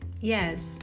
yes